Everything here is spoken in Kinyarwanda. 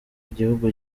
igihugu